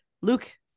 Luke